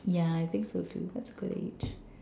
yeah I think so too that's a good age